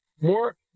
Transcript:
More